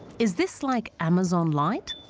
is this like amazon light?